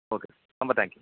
okay sir ரொம்ப thank you